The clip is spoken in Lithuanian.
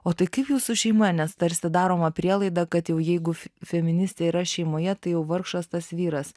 o tai kaip jūsų šeima nes tarsi daroma prielaida kad jau jeigu feministė yra šeimoje tai jau vargšas tas vyras